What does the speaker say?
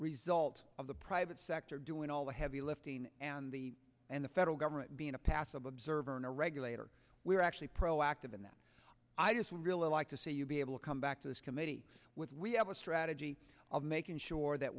result of the private sector doing all the heavy lifting and the and the federal government being a passive observer and a regulator we're actually proactive in that i just would really like to see you be able to come back to this committee with we have a strategy of making sure that